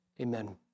Amen